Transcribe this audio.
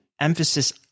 emphasis